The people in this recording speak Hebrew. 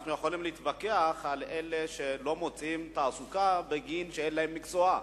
אנחנו יכולים להתווכח על אלה שלא מוצאים תעסוקה כי אין להם מקצוע.